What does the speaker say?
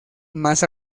más